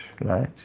right